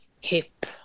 hip